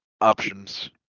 options